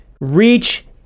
Reach